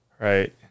Right